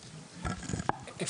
כן.